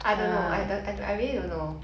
I don't know I I I really don't know